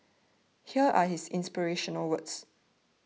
here are his inspirational words